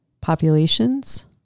populations